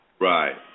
Right